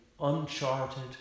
uncharted